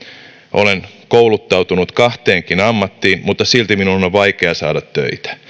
olen kouluttautunut kahteenkin ammattiin mutta silti minun on vaikea saada töitä